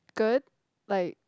good like